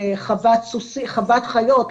לחוות חיות,